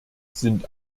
sind